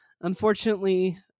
Unfortunately